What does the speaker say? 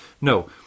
No